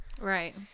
Right